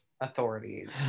authorities